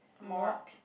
mark